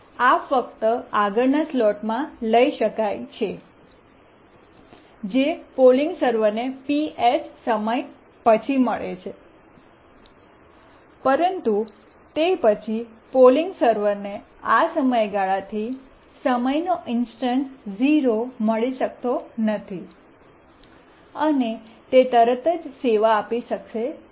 આ ફક્ત આગળના સ્લોટમાં લઈ શકાય છે જે પોલિંગ સર્વરને Ps સમય પછી મળે છે પરંતુ તે પછી પોલિંગ સર્વરને આ સમયગાળાથી સમયનો ઇન્સ્ટન્સ 0 મળી શકતો નથી અને તે તરત જ સેવા આપી શકશે નહીં